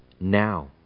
now